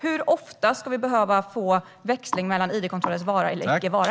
Hur ofta ska vi behöva få en växling mellan id-kontrollernas vara eller icke-vara?